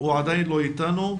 הוא עדיין לא איתנו.